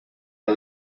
are